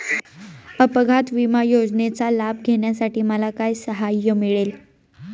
अपघात विमा योजनेचा लाभ घेण्यासाठी मला काय सहाय्य मिळेल?